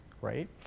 Right